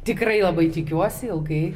tikrai labai tikiuosi ilgai